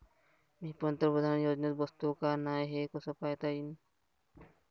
मी पंतप्रधान योजनेत बसतो का नाय, हे कस पायता येईन?